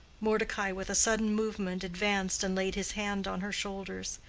mordecai with a sudden movement advanced and laid his hand on her shoulders.